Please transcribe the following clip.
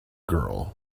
girl